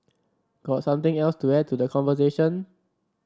got something else to add to the conversation